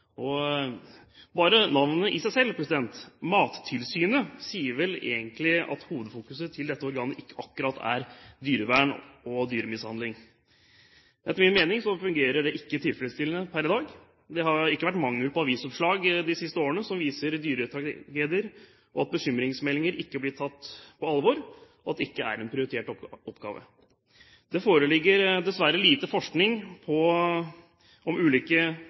etterleves. Bare navnet i seg selv – Mattilsynet – sier vel egentlig at hovedfokus for dette organet ikke akkurat er dyrevern og dyremishandling. Etter min mening fungerer det ikke tilfredsstillende per i dag. Det har ikke vært mangel på avisoppslag de siste årene som viser at dyretragedier og bekymringsmeldinger ikke blir tatt på alvor, og at dette ikke er en prioritert oppgave. Det foreligger dessverre lite forskning på